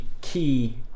key